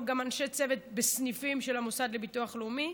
גם על אנשי צוות בסניפים של המוסד לביטוח לאומי,